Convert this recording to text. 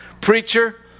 preacher